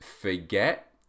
forget